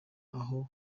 aho